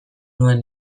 nuen